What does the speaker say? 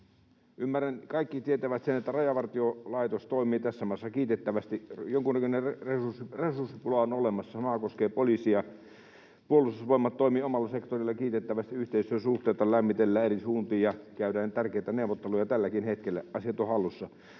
Ymmärrän, että kaikki tietävät sen, että Rajavartiolaitos toimii tässä maassa kiitettävästi. Jonkunnäköinen resurssipula on olemassa, sama koskee poliisia. Puolustusvoimat toimii omalla sektorilla kiitettävästi, yhteistyösuhteita lämmitellään eri suuntiin ja käydään tärkeitä neuvotteluja tälläkin hetkellä. Asiat ovat hallussa.